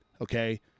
okay